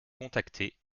contacter